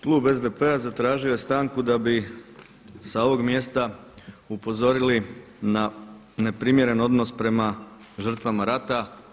Klub SDP-a zatražio je stanku da bi s ovog mjesta upozorili na neprimjeren odnos prema žrtvama rata.